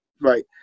Right